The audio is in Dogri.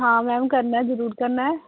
हां मैम करना ऐ जरूर करना ऐ